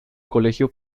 colegio